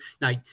Now